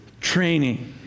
training